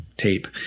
tape